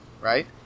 Right